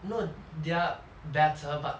no they're better but